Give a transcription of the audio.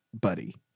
buddy